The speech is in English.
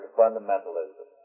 fundamentalism